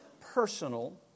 personal